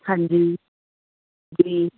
ਹਾਂਜੀ ਜੀ